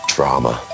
Drama